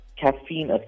caffeine